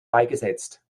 beigesetzt